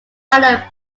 island